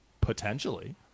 potentially